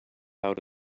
out